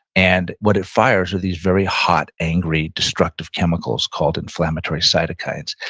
and what it fires are these very hot, angry, destructive chemicals called inflammatory cytokines,